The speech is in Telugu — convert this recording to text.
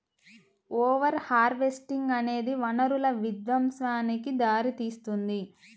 ఓవర్ హార్వెస్టింగ్ అనేది వనరుల విధ్వంసానికి దారితీస్తుంది